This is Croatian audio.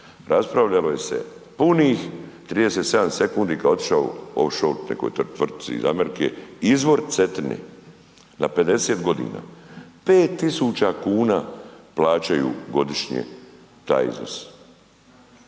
raspravljalo se punih 37 sekundi kada je otišao, offshore nekoj tvrtci iz Amerike izvor Cetine, na 50 godina. 5 tisuća kuna plaćaju godišnje taj iznos.